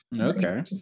Okay